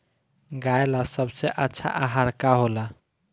गाय ला सबसे अच्छा आहार का होला?